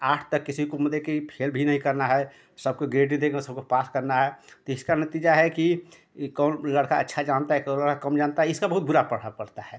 आठ तक किसी को मतलब कि फेल भी नही करना है सबको ग्रेड ही दे के सबको पास करना है तो इसका नतीजा है कि ई कौन लड़का अच्छा जानता है कौन लड़का कम जानता है इसका बहुत बुरा प्रभाव पड़ता है